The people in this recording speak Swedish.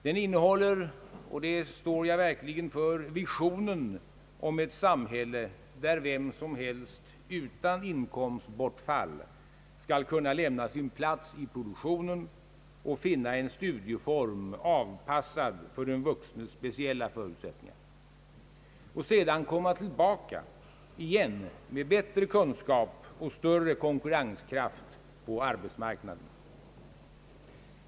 Den innehåller — och det står jag verkligen för — visionen av ett samhälle där vem som helst utan inkomstbortfall skall kunna lämna sin plats i produktionen och finna en studieform avpassad för den vuxnes speciella förutsättningar. Och sedan komma tillbaka med bättre kunskaper och större konkurrenskraft på arbetsmarknaden.